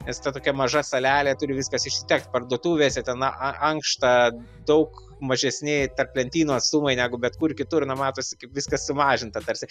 nes ta tokia maža salelė turi viskas išsitekt parduotuvėse ten a a ankšta daug mažesni tarp lentynų atstumai negu bet kur kitur na matosi kaip viskas sumažinta tarsi